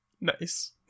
Nice